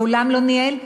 מעולם לא ניהל,